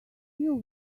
few